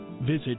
visit